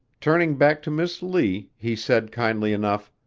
turning back to miss lee, he said kindly enough,